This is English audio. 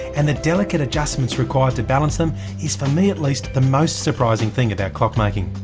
and the delicate adjustments required to balance them is for me at least, the most surprising thing about clockmaking.